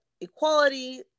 equality